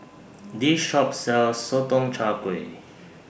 This Shop sells Sotong Char Kway